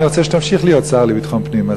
ואני רוצה שתמשיך להיות שר לביטחון פנים.